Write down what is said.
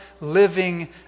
living